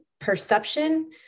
Perception